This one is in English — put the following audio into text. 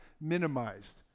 minimized